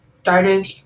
started